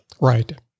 right